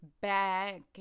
back